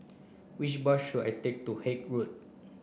which bus should I take to Haig Road